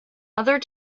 other